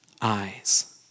eyes